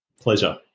Pleasure